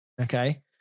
Okay